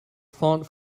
font